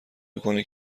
میکنه